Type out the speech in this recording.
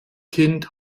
kind